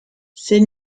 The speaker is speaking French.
ces